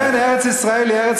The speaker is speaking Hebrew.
לכן ארץ-ישראל היא ארץ